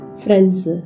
friends